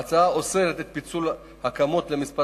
ההצעה אוסרת את פיצול הכמות לכמה